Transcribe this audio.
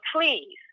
please